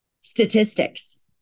statistics